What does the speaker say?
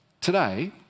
Today